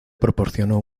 proporcionó